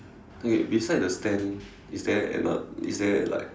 okay beside the stand is there ano~ is there like